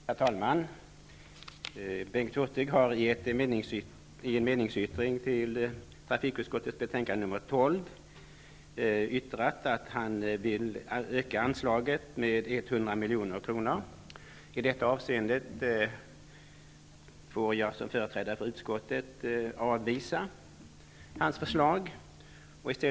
Herr talman! Bengt Hurtig har i en meningsyttring fogad till trafikutskottets betänkande nr 12 förklarat att han vill att anslaget skall ökas med 100 milj.kr. Som företrädare för utskottet avstyrker jag hans förslag.